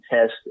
test